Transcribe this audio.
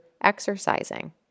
exercising